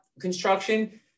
construction